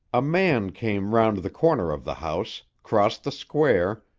a man came round the corner of the house, crossed the square,